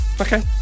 Okay